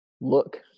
look